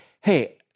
hey